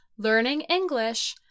learningenglish